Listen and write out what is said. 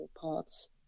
parts